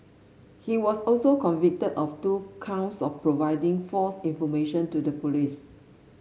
he was also convicted of two counts of providing false information to the police